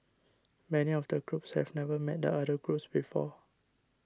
many of the groups have never met the other groups before